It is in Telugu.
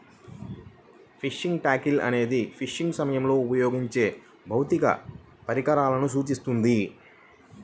ఫిషింగ్ టాకిల్ అనేది ఫిషింగ్ సమయంలో ఉపయోగించే భౌతిక పరికరాలను సూచిస్తుంది